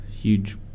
Huge